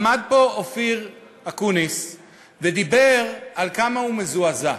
עמד פה אופיר אקוניס ודיבר על כמה הוא מזועזע.